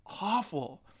awful